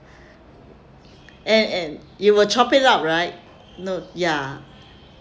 and and you will chop it up right no ya